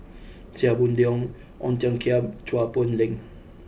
Chia Boon Leong Ong Tiong Khiam and Chua Poh Leng